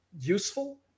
useful